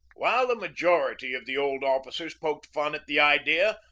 while the majority of the old officers poked fun at the idea,